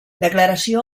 declaració